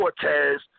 Cortez